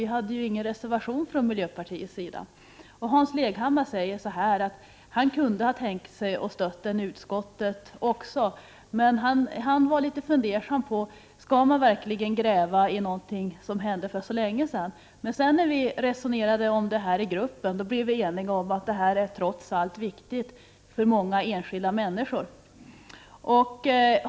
Vi hade ju ingen reservation från miljöpartiets sida. Hans Leghammar säger att han kunde tänka sig att stödja frågan i utskottet. Han var dock litet fundersam över om man verkligen skulle gräva i någonting som hände för så länge sedan. När vi resonerade i riksdagsgruppen kom vi emellertid överens om att detta trots allt är viktigt för många enskilda människor.